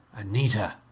anita!